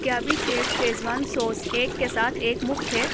کیا بی شیف شیزوان سوس ایک کے ساتھ ایک مفت ہے